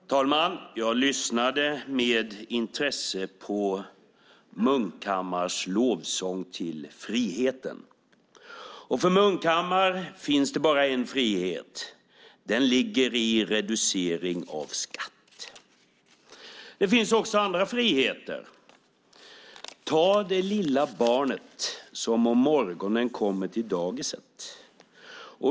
Herr talman! Jag lyssnade med intresse på Munkhammars lovsång till friheten. För Munkhammar finns det bara en frihet. Den ligger i reducering av skatt. Det finns också andra friheter. Tänk på det lilla barnet, som om morgonen kommer till dagiset!